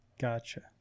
Gotcha